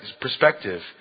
perspective